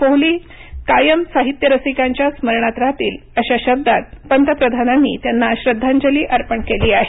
कोहली काय साहित्य रसिकांच्या स्मरणात राहतील अशा शब्दात पंतप्रधानांनी त्यांना श्रद्धांजली अर्पण केली आहे